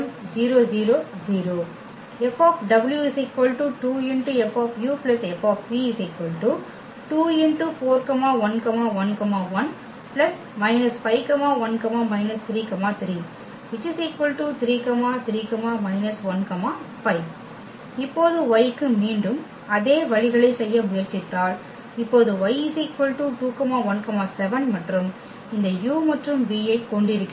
F 2F F 2 ⋅ 4111 −51 33 3 3 −1 5 இப்போது y க்கு மீண்டும் அதே வழிகளைச் செய்ய முயற்சித்தால் இப்போது y 2 1 7 மற்றும் இந்த u மற்றும் vஐக் கொண்டிருக்கிறோம்